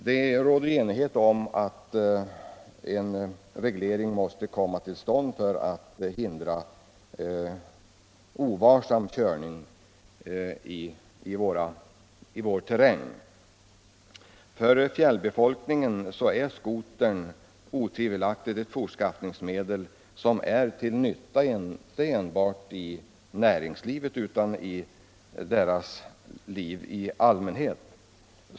Det råder enighet om att en reglering måste komma till stånd för att hindra ovarsam körning i vår natur. För fjällbefolkningen är skotern otvivelaktigt ett fortskaffningsmedel som är till nytta inte enbart i näringslivet utan för den enskildes liv i allmänhet.